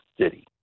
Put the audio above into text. city